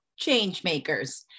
Changemakers